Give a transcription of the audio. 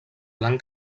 blanc